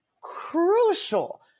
crucial